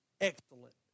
excellent